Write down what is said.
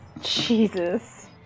Jesus